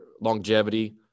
longevity